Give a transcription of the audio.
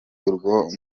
urwo